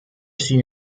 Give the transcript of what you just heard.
seen